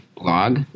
blog